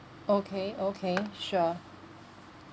okay okay sure